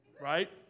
Right